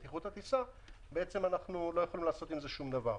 אנחנו לא יכולים לעשות עם זה שום דבר.